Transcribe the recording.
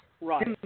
right